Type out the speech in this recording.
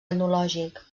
etnològic